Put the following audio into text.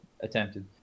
attempted